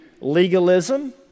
legalism